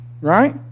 right